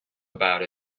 about